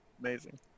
Amazing